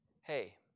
hey